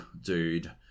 dude